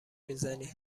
میزنی